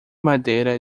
madeira